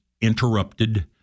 interrupted